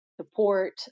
support